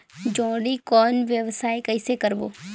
जोणी कौन व्यवसाय कइसे करबो?